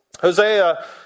Hosea